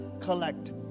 collect